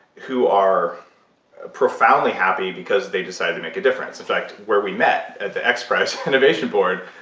who are profoundly happy because they decided to make a difference. in fact, where we met, at the xprize innovation board,